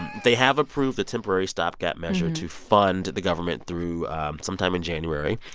they have approved a temporary stopgap measure to fund the government through some time in january.